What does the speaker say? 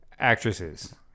actresses